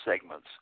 segments